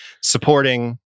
supporting